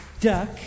duck